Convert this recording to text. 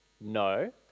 No